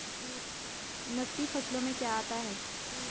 नकदी फसलों में क्या आता है?